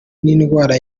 n’indwara